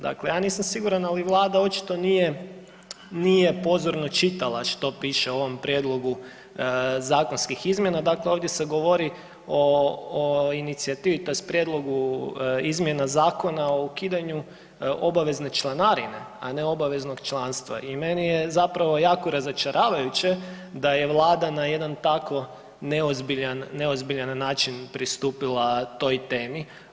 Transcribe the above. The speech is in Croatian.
Dakle, ja nisam siguran ali Vlada očito nije, nije pozorno čitala što piše u ovom prijedlogu zakonskih izmjena, dakle ovdje se govori o inicijativi tj. prijedlogu izmjena zakona o ukidanju obavezne članarine, a ne obaveznog članstva i meni je zapravo jako razočaravajuće da je Vlada na jedan tako neozbiljan, neozbiljan način pristupila toj temi.